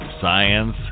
science